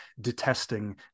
detesting